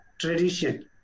tradition